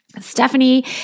Stephanie